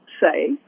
say